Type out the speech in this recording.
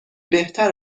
بهتر